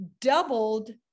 doubled